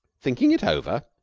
thinking it over?